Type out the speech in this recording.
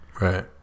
Right